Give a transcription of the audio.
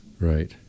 Right